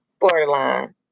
borderline